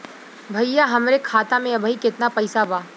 भईया हमरे खाता में अबहीं केतना पैसा बा?